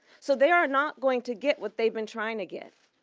so they are not going to get what they've been trying to get.